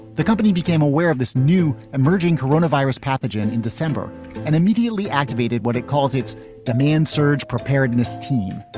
the company became aware of this new emerging corona virus pathogen in december and immediately activated what it calls its demand surge preparedness team.